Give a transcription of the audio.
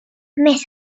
més